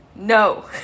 no